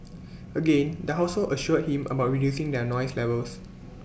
again the household assured him about reducing their noise levels